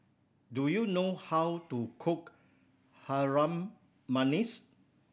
do you know how to cook Harum Manis